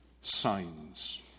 signs